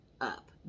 up